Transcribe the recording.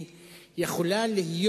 היא יכולה להיות